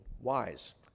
wise